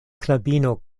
knabino